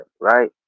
right